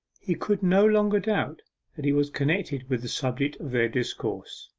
he could no longer doubt that he was connected with the subject of their discourse.